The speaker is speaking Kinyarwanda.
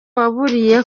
waburiye